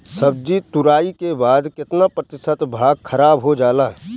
सब्जी तुराई के बाद केतना प्रतिशत भाग खराब हो जाला?